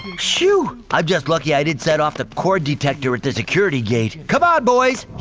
phew! i'm just lucky i didn't set off the corn detector at the security gate. c'mon, boys!